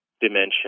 dimension